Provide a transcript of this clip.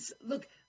look